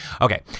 Okay